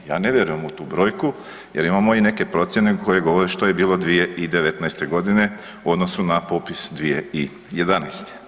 Ja ne vjerujem u tu brojku jer imamo i neke procijene koje govore što je bilo 2019.g. u odnosu na popis 2011.